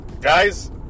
Guys